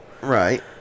Right